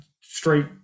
straight